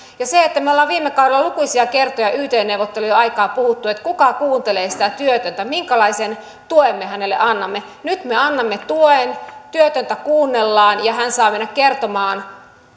ja kun me olemme viime kaudella lukuisia kertoja yt neuvottelujen aikaan puhuneet että kuka kuuntelee sitä työtöntä minkälaisen tuen me hänelle annamme niin nyt me annamme tuen työtöntä kuunnellaan ja hän saa mennä kertomaan